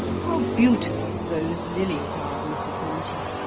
how beautiful those lilies are, mrs. monteith!